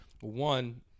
One